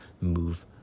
move